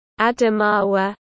Adamawa